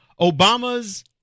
Obama's